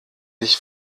ich